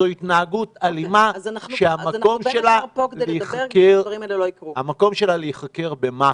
זו התנהגות אלימה שהמקום שלה להיחקר במח"ש,